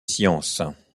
science